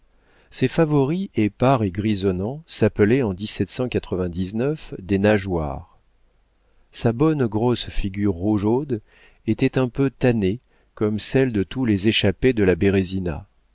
ses favoris épars et grisonnants s'appelaient en des nageoires sa bonne grosse figure rougeaude était un peu tannée comme celles de tous les échappés de la bérésina